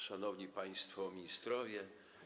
Szanowni Państwo Ministrowie!